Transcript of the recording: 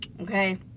Okay